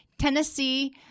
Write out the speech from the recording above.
Tennessee